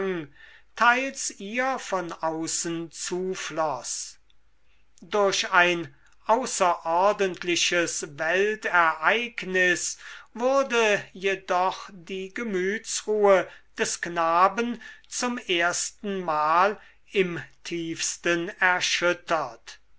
teils ihr von außen zufloß durch ein außerordentliches weltereignis wurde jedoch die gemütsruhe des knaben zum erstenmal im tiefsten erschüttert